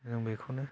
जों बेखौनो